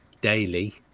daily